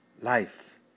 Life